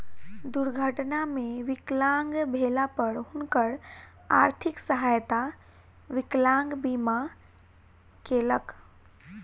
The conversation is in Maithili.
दुर्घटना मे विकलांग भेला पर हुनकर आर्थिक सहायता विकलांग बीमा केलक